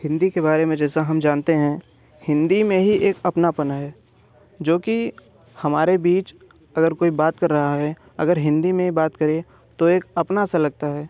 हिन्दी के बारे में जैसा हम जानते हैं हिन्दी में ही एक अपनापन है जो कि हमारे बीच अगर कोई बात कर रहा है अगर हिन्दी में बात करे तो एक अपना सा लगता है